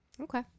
Okay